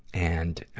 and,